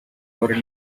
were